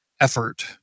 effort